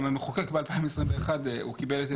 גם המחוקק ב-2021 הוא קיבל.